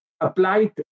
applied